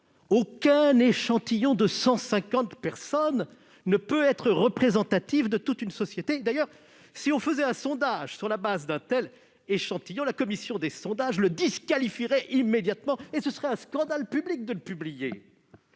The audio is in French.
Aucun échantillon de cent cinquante personnes ne peut être représentatif de toute une société ! D'ailleurs, si l'on faisait un sondage sur la base d'un tel échantillon, la Commission des sondages le disqualifierait immédiatement et ce serait un scandale public de le publier.